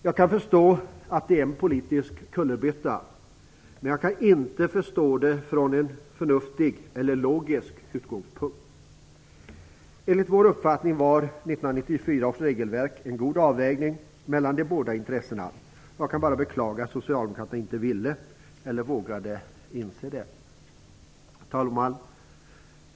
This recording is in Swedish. Jag kan förstå att det är en politisk kullerbytta, men jag kan inte förstå det från en förnuftig eller logisk utgångspunkt. Enligt vår uppfattning var 1994 års regelverk en god avvägning mellan de båda intressena. Jag kan bara beklaga att Socialdemokraterna inte ville, eller vågade, inse det. Herr talman!